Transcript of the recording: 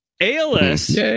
ALS